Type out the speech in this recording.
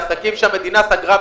מה שהוועדה תחליט.